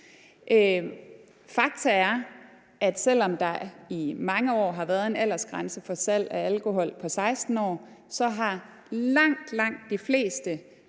Fakta er, at selv om der i mange år har været en aldersgrænse for salg af alkohol på 16 år, så har langt, langt de fleste